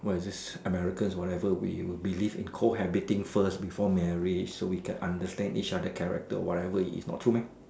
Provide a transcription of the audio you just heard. what is it Americans or whatever we will believe in cohabiting first before marriage so we can understand each other character not true meh